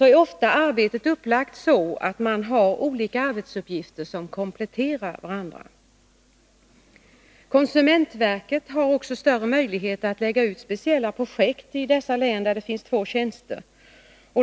är arbetet ofta upplagt så, att de båda konsulenterna har arbetsuppgifter som kompletterar varandra. Konsumentverket har också större möjlighet att lägga ut speciella projekt i de län där det finns två tjänster.